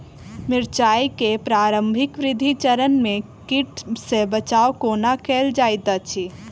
मिर्चाय केँ प्रारंभिक वृद्धि चरण मे कीट सँ बचाब कोना कैल जाइत अछि?